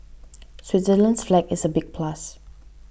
Switzerland's flag is a big plus